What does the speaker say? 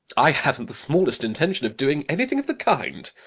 i haven't the smallest intention of doing anything of the kind.